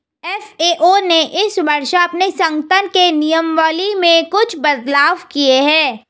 FAO ने इस वर्ष अपने संगठन के नियमावली में कुछ बदलाव किए हैं